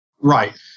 Right